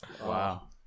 Wow